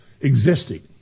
existing